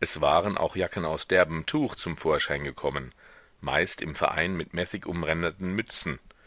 es waren auch jacken aus derbem tuch zum vorschein gekommen meist im verein mit messingumränderten mützen